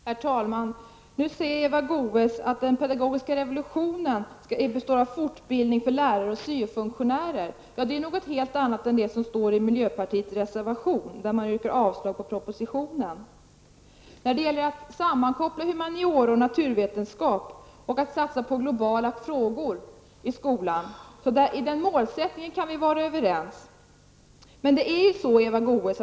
Herr talman! Nu säger Eva Goe s att den pedagogiska revolutionen består av fortbildning för lärare och syo-funktionärer. Det är något helt annat än det som står i miljöpartiets reservation där man yrkar avslag på propositionen. När det gäller att sammankoppla humaniora med naturvetenskap och satsa på globala frågor i skolan, kan vi vara överens om den målsättningen.